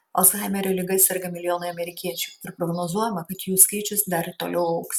alzhaimerio liga serga milijonai amerikiečių ir prognozuojama kad jų skaičius ir toliau augs